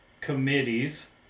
committees